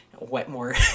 Wetmore